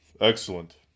Excellent